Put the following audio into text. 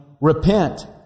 repent